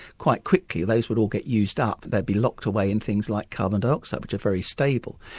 quite quickly those would all get used up, they'd be locked away in things like carbon dioxide which are very stable.